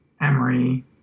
Emery